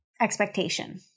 expectation